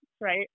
right